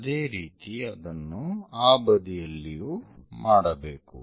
ಅದೇ ರೀತಿ ಅದನ್ನು ಆ ಬದಿಯಲ್ಲಿಯೂ ಮಾಡಬೇಕು